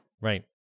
right